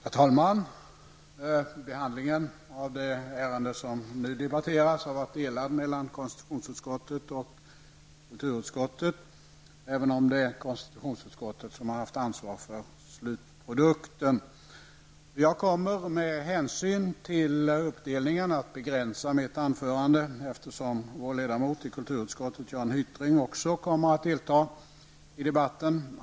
Herr talman! Behandlingen av det ärende som nu debatteras har varit uppdelad mellan konstitutionsutskottet och kulturutskottet, även om det är konstitutionsutskottet som har haft ansvaret för slutprodukten. Jag kommer med hänsyn till uppdelningen att begränsa mitt anförande, eftersom vår ledamot i kulturutskottet Jan Hyttring dessutom kommer att delta i debatten.